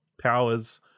powers